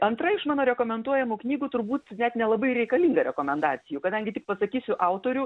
antra iš mano rekomenduojamų knygų turbūt net nelabai reikalinga rekomendacijų kadangi tik pasakysiu autorių